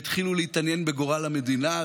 והתחילו להתעניין בגורל המדינה,